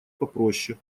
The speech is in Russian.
попроще